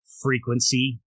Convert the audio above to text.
frequency